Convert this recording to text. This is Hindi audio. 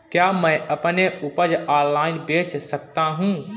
क्या मैं अपनी उपज ऑनलाइन बेच सकता हूँ?